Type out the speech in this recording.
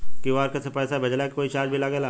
QR से पैसा भेजला के कोई चार्ज भी लागेला?